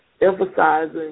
Emphasizing